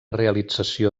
realització